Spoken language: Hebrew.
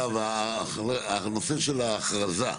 אגב, הנושא של ההכרזה,